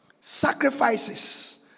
sacrifices